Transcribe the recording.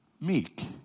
meek